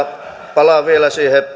palaan vielä siihen